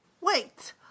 Wait